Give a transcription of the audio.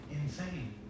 insane